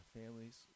families